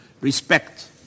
respect